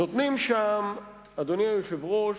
נותנים שם, אדוני היושב-ראש,